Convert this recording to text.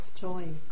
joy